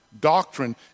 doctrine